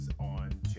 on